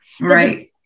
Right